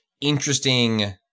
interesting